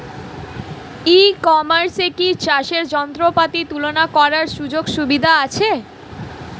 ই কমার্সে কি চাষের যন্ত্রপাতি তুলনা করার সুযোগ সুবিধা আছে?